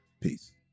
peace